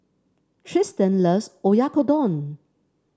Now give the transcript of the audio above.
Trystan loves Oyakodon